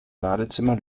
badezimmer